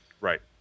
right